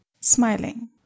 Smiling